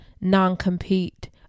non-compete